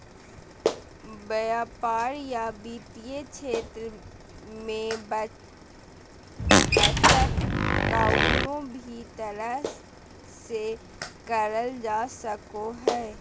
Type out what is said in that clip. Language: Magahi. व्यापार या वित्तीय क्षेत्र मे बचत कउनो भी तरह से करल जा सको हय